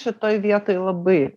šitoj vietoj labai